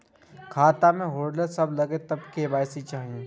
खाता में होल्ड सब लगे तब के.वाई.सी चाहि?